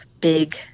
big